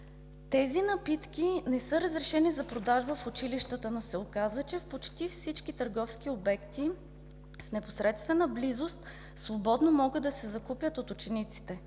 Тези напитки не са разрешени за продажба в училищата, но се оказва, че в почти всички търговски обекти в непосредствена близост свободно могат да се закупят от учениците.